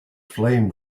flame